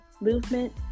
movement